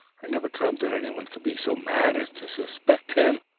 i never dreamt that anyone could be so mad as to suspect him.